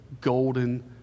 golden